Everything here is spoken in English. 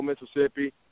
Mississippi